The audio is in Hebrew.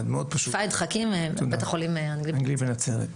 בית החולים האנגלי בנצרת.